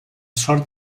sort